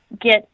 get